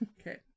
Okay